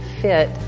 fit